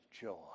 joy